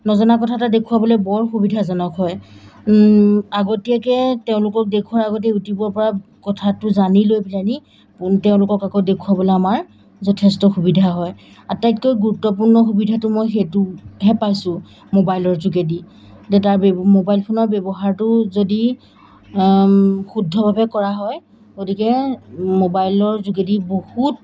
নজনা কথা এটা দেখুৱাবলৈ বৰ সুবিধাজনক হয় আগতীয়াকৈ তেওঁলোকক দেখোৱাৰ আগতেই ইউটিউবৰপৰা কথাটো জানি লৈ পেলাইনি তেওঁলোকক আকৌ দেখুৱাবলৈ আমাৰ যথেষ্ট সুবিধা হয় আটাইতকৈ গুৰুত্বপূৰ্ণ সুবিধাটো মই সেইটোহে পাইছোঁ মোবাইলৰ যোগেদি যে তাৰ মোবাইল ফোনৰ ব্যৱহাৰটো যদি শুদ্ধভাৱে কৰা হয় গতিকে মোবাইলৰ যোগেদি বহুত